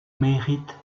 méritent